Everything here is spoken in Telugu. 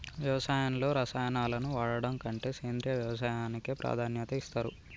వ్యవసాయంలో రసాయనాలను వాడడం కంటే సేంద్రియ వ్యవసాయానికే ప్రాధాన్యత ఇస్తరు